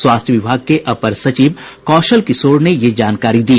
स्वास्थ्य विभाग के अपर सचिव कौशल किशोर ने ये जानकारी दी